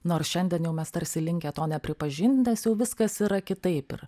nors šiandien jau mes tarsi linkę to nepripažint nes jau viskas yra kitaip ir